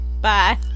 bye